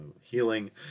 healing